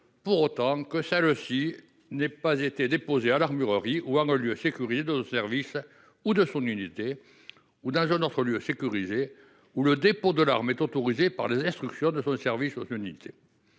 pour autant que celle-ci n'ait pas été déposée à l'armurerie ou en un lieu sécurisé de son service ou de son unité ou dans un autre lieu sécurisé où le dépôt de l'arme est autorisé par instructions de son service ou de son unité.